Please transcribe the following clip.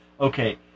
okay